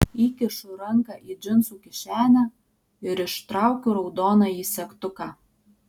įkišu ranką į džinsų kišenę ir ištraukiu raudonąjį segtuką